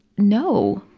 no!